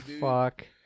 fuck